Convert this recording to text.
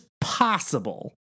possible